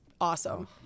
awesome